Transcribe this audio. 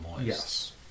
Yes